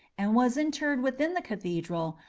and was interred within the cathedral,